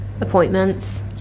appointments